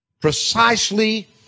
precisely